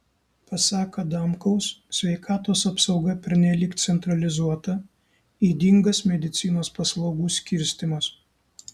pasak adamkaus sveikatos apsauga pernelyg centralizuota ydingas medicinos paslaugų skirstymas